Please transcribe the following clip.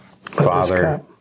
Father